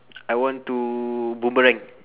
I want to boomerang